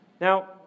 Now